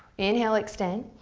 inhale, extend.